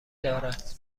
دارد